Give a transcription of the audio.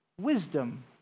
wisdom